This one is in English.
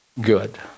good